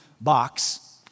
box